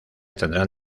tendrán